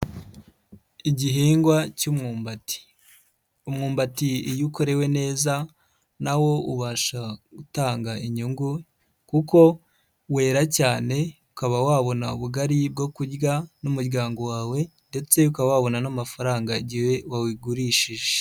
Igihingwa cy'umwumbati. Umwumbati iyo ukorewe neza na wo ubasha gutanga inyungu kuko wera cyane, ukaba wabona ubugari bwo kurya n'umuryango wawe ndetse uka wabona n'amafaranga igihe wawugurishije.